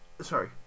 Sorry